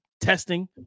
testing